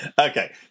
Okay